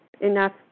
enough